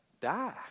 die